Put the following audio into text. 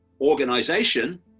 Organization